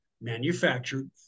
manufactured